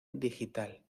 digital